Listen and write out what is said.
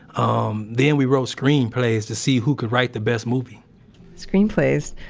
um then, we wrote screenplays to see who could write the best movie screenplays,